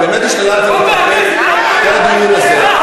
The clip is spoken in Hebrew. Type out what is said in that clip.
אני באמת השתדלתי להתאפק כל הדיון הזה.